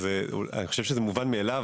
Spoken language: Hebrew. אני חושב שזה מובן מאליו,